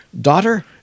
daughter